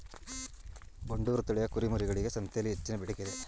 ಬಂಡೂರು ತಳಿಯ ಕುರಿಮರಿಗಳಿಗೆ ಸಂತೆಯಲ್ಲಿ ಹೆಚ್ಚಿನ ಬೇಡಿಕೆ ಇದೆ